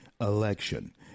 election